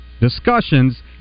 discussions